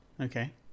okay